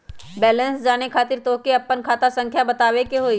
Balance जाने खातिर तोह के आपन खाता संख्या बतावे के होइ?